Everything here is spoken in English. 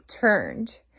turned